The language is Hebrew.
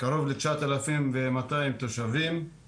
קרוב לתשעת אלפים מאתיים תושבים,